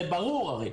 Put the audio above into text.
זה ברר.